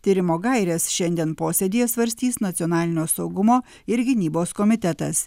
tyrimo gaires šiandien posėdyje svarstys nacionalinio saugumo ir gynybos komitetas